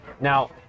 Now